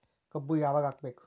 ಕಬ್ಬು ಯಾವಾಗ ಹಾಕಬೇಕು?